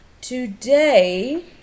Today